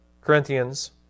Corinthians